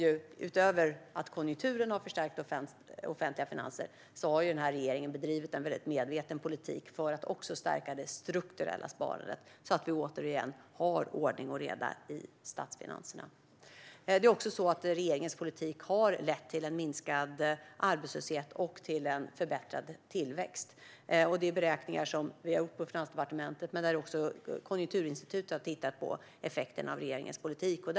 Utöver att konjunkturen har förstärkt de offentliga finanserna har den här regeringen bedrivit en väldigt medveten politik för att stärka det strukturella sparandet, så att vi återigen har ordning och reda i statsfinanserna. Det är också så att regeringens politik har lett till en minskad arbetslöshet och till en förbättrad tillväxt. Det är beräkningar som vi har gjort på Finansdepartementet, men även Konjunkturinstitutet har tittat på effekterna av regeringens politik.